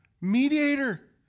mediator